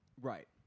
Right